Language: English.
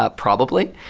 ah probably,